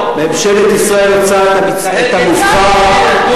ממשלת ישראל עושה את המצווה,